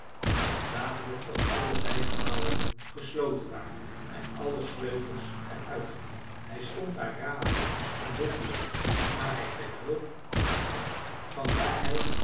en zag dadelijk dat alle bijgebouwen gesloten waren en alle sleutels er uit genomen hij stond daar radeloos en hulpeloos maar hij kreeg hulp van een kant van waar hij